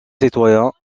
citoyens